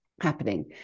happening